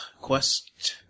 quest